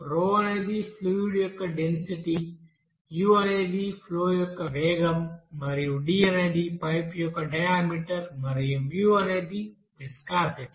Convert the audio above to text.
ρ అనేది ఫ్లూయిడ్ యొక్క density u అనేది ఫ్లో యొక్క వేగం మరియు d అనేది పైపు యొక్క డయా మీటర్ మరియు అనేది విస్కాసిటీ